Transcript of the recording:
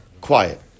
Quiet